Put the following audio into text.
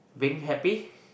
being happy